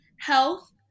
health